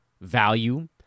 value